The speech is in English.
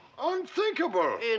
Unthinkable